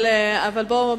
להתערב.